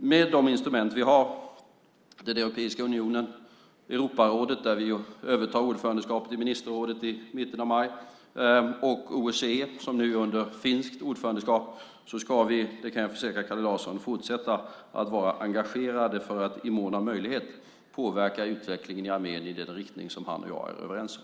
Med de instrument vi har, Europeiska unionen, Europarådet - där vi övertar ordförandeskapet i ministerrådet i mitten av maj - och OSSE som nu är under finskt ordförandeskap, ska vi, det kan jag försäkra Kalle Larsson, fortsätta att vara engagerade för att i mån av möjlighet påverka utvecklingen i Armenien i den riktning som han och jag är överens om.